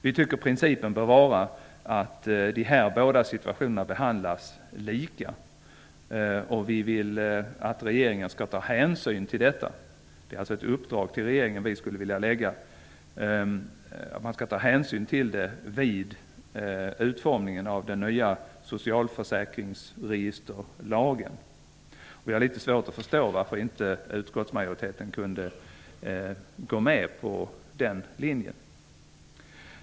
Vi tycker att principen bör vara att de båda situationerna behandlas lika, och vi vill att riksdagen skall ge regeringen i uppdrag att ta hänsyn till detta vid utformningen av den nya socialförsäkringsregisterlagen. Jag har litet svårt att förstå varför inte utskottsmajoriteten kunde gå med på den linjen.